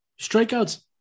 strikeouts